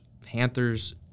Panthers